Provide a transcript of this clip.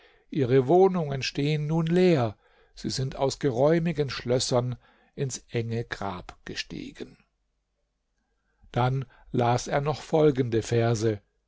ihre wohnungen stehen nun leer sie sind aus geräumigen schlössern ins enge grab gestiegen dann las er noch folgende verse